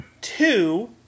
Two